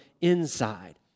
inside